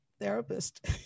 therapist